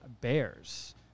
Bears